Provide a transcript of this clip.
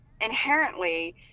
inherently